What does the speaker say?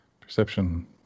Perception